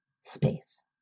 space